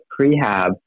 prehab